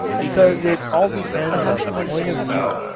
because it all depends on the point of view.